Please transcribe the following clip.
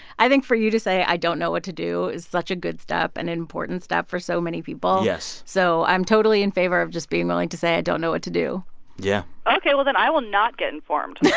i think for you to say i don't know what to do is such a good step, an important step for so many people yes so i'm totally in favor of just being willing to say i don't know what to do yeah ok. well, then, i will not get informed